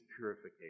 purification